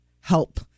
help